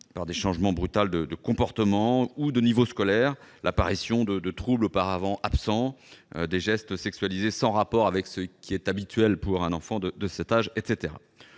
: changement brutal de comportement ou de niveau scolaire, apparition de troubles auparavant absents, gestes sexualisés sans rapport avec ce qui est habituel pour un enfant de cet âge, etc.